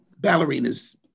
ballerinas